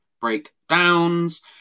breakdowns